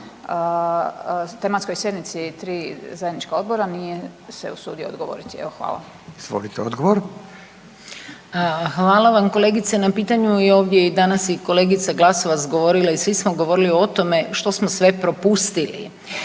tematskoj sjednici 3 zajednička odbora, nije se usudio odgovoriti. Evo, hvala. **Radin, Furio (Nezavisni)** Izvolite odgovor. **Borić, Rada (NL)** Hvala vam kolegice na pitanju. I ovdje je danas i kolegica Glasovac govorila i svi smo govorili o tome što smo sve propustili.